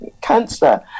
cancer